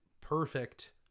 perfect